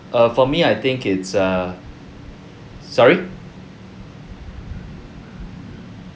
err for me I think it's err sorry